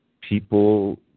people